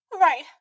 Right